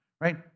right